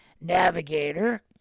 navigator